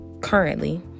currently